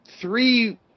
three